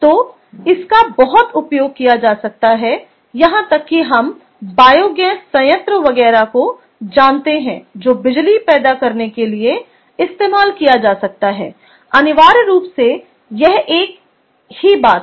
तो इसका बहुत उपयोग किया जा सकता है यहां तक कि हम बायोगैस संयंत्र वगैरह को जानते हैं जो बिजली पैदा करने के लिए इस्तेमाल किया जा सकता है अनिवार्य रूप से यह एक ही बात है